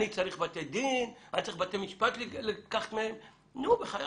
אני צריך בתי דין, אני צריך בתי משפט לקחת מהם?